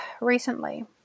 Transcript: recently